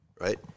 right